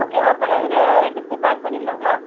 ஓகேவாக்கா இதில் ரெண்டுத்தையும் பேக் பண்ணிடலாங்களா